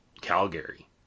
Calgary